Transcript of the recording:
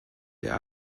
der